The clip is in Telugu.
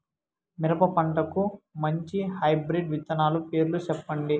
మిరప పంటకు మంచి హైబ్రిడ్ విత్తనాలు పేర్లు సెప్పండి?